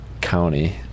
county